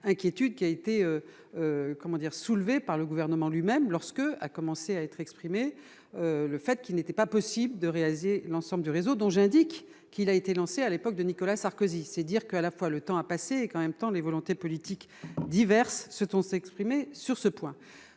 dire soulevée par le gouvernement lui-même lorsque a commencé à être exprimée le fait qu'il n'était pas possible de réaliser l'ensemble du réseau dont j'indique qu'il a été lancé à l'époque de Nicolas Sarkozy, c'est dire que, à la fois le temps a passé et qu'en même temps les volontés politiques diverses, ce sont, s'exprimer sur ce point,